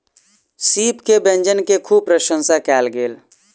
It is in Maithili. सीप के व्यंजन के खूब प्रसंशा कयल गेल